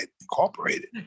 Incorporated